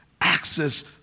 access